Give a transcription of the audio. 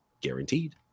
guaranteed